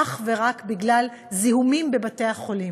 אך ורק בגלל זיהומים בבתי-חולים.